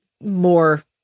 more